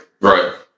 right